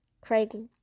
Craig